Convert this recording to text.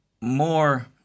more